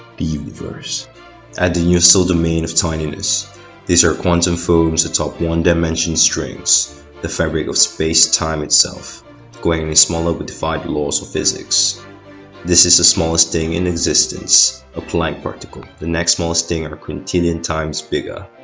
the universe at the universal domain of tinyness these are quantum foams atop one dimmension strings the fabric of space-time itself going any smaller would defy the laws of physics this is the smallest thing in existence a planck particle the next smallest things are quintillion times bigger